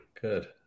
Good